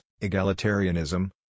Egalitarianism